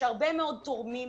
מעטים(בפרק זה,